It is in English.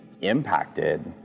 impacted